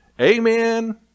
amen